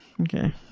Okay